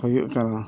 ᱦᱩᱭᱩᱜ ᱠᱟᱱᱟ